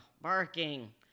Barking